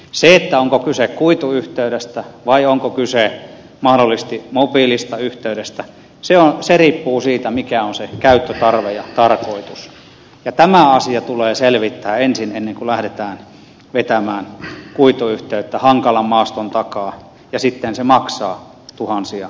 se onko kyse kuituyhteydestä vai onko kyse mahdollisesti mobiilista yhteydestä riippuu siitä mikä on se käyttötarve ja tarkoitus ja tämä asia tulee selvittää ensin ennen kuin lähdetään vetämään kuituyhteyttä hankalan maaston takaa ja sitten se maksaa tuhansia euroja